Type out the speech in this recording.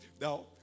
now